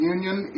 Union